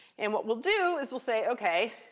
and what we'll do is we'll say, ok,